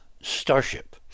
starship